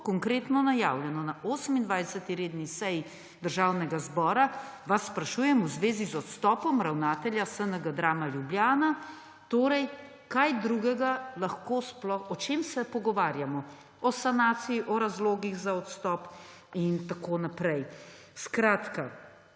konkretno najavljeno: na 28. redni seji Državnega zbora vas sprašujem v zvezi z odstopom ravnatelja SNG Drama Ljubljana. Torej, o čem se pogovarjamo? O sanaciji, o razlogih za odstop in tako naprej. Skratka,